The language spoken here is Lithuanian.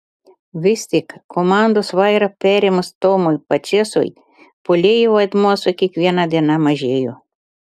vis tik komandos vairą perėmus tomui pačėsui puolėjo vaidmuo su kiekviena diena mažėjo